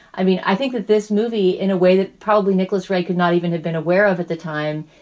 i mean, i think that this movie, in a way that probably nicholas ray could not even have been aware of at the time,